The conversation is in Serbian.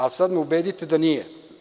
Ali, sada me ubedite da nije.